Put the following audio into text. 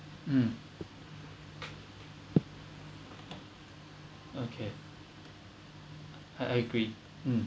mm okay I agree mm